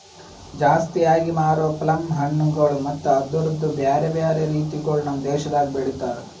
ಜಾಸ್ತಿ ಆಗಿ ಮಾರೋ ಪ್ಲಮ್ ಹಣ್ಣುಗೊಳ್ ಮತ್ತ ಅದುರ್ದು ಬ್ಯಾರೆ ಬ್ಯಾರೆ ರೀತಿಗೊಳ್ ನಮ್ ದೇಶದಾಗ್ ಬೆಳಿತಾರ್